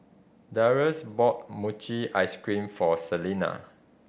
Darius bought mochi ice cream for Selina